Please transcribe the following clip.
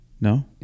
No